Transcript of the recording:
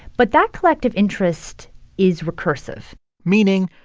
but that collective interest is recursive meaning,